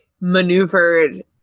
maneuvered